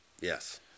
Yes